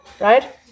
right